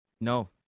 no